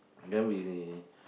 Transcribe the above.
then we